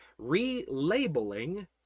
relabeling